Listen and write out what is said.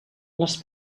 les